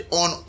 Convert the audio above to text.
on